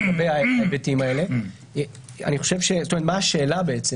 מה השאלה בעצם?